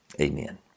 Amen